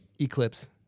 Eclipse